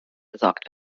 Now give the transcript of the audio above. gesorgt